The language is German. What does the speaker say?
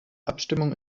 abstimmung